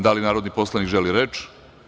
Da li narodni poslanik želi reč?